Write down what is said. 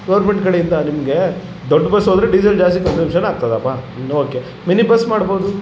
government ಕಡೆಯಿಂದ ನಿಮಗೆ ದೊಡ್ಡ ಬಸ್ ಹೋದ್ರೆ ಡೀಸೆಲ್ ಜಾಸ್ತಿ ಕಂಜಂಶನ್ ಆಗ್ತಾದಪ್ಪಾ ಓಕೆ ಮಿನಿ ಬಸ್ ಮಾಡ್ಬೌದು